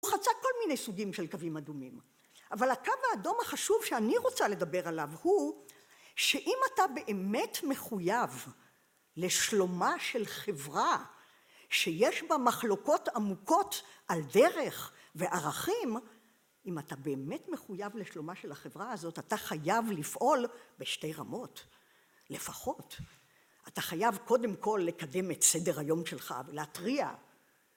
הוא חצה כל מיני סוגים של קווים אדומים. אבל הקו האדום החשוב שאני רוצה לדבר עליו הוא, שאם אתה באמת מחויב לשלומה של חברה, שיש בה מחלוקות עמוקות על דרך וערכים, אם אתה באמת מחויב לשלומה של החברה הזאת, אתה חייב לפעול בשתי רמות, לפחות. אתה חייב קודם כל לקדם את סדר היום שלך ולהתריע.